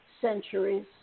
centuries